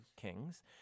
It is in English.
kings